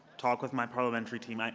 talk with my parliamentary team.